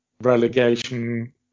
relegation